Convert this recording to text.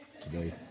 today